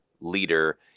leader